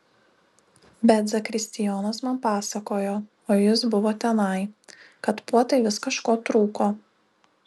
bet zakristijonas man pasakojo o jis buvo tenai kad puotai vis kažko trūko